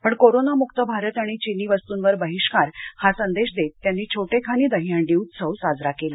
पण कोरोनामुक्त भारत आणि चिनी वस्तूंवर बहिष्कार हा संदेश देत त्यांनी छोटेखानी दहीहंडी उत्सव साजरा केला